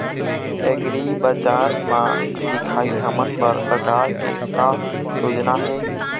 एग्रीबजार म दिखाही हमन बर सरकार के का योजना हे?